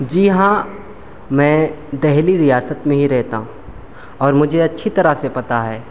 جی ہاں میں دہلی ریاست میں ہی رہتا ہوں اور مجھے اچھی طرح سے پتہ ہے